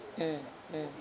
mm mm